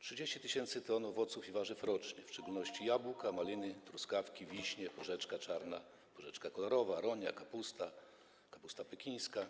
30 tys. t owoców i warzyw rocznie, w szczególności jabłka, maliny, truskawki, wiśnie, porzeczkę czarną, porzeczkę kolorową, aronię, kapustę, kapustę pekińską.